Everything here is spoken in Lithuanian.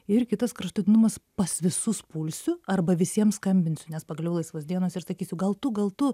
ir kitas kraštutinumas pas visus pulsiu arba visiem skambinsiu nes pagaliau laisvos dienos ir sakysiu gal tu gal tu